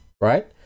right